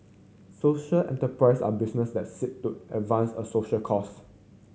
social enterprise are business that seek to advance a social cause